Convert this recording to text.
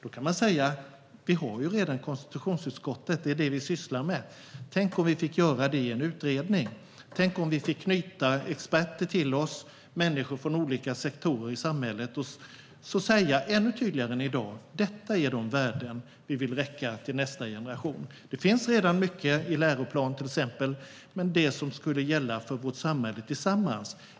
Då kan man säga att Sverige redan har konstitutionsutskottet. Det är det vi sysslar med. Tänk om vi fick göra det i en utredning! Tänk om vi fick knyta experter till oss, människor från olika sektorer i samhället, och ännu tydligare än i dag säga: Detta är de värden vi vill räcka över till nästa generation. Det finns redan mycket, till exempel i läroplanen, men det här skulle gälla för alla i vårt samhälle tillsammans.